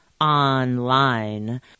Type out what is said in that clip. online